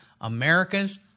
America's